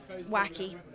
wacky